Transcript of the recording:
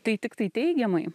tai tiktai teigiamai